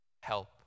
help